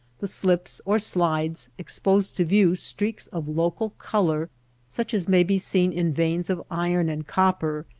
the slips or slides expose to view streaks of local color such as may be seen in veins of iron and copper,